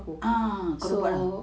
ah kau dah buat ah